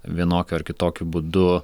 vienokiu ar kitokiu būdu